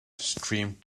streamed